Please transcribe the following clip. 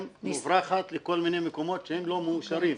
מוברחת לכל מיני מקומות שהם לא מאושרים.